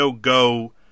go